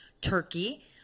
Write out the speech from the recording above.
Turkey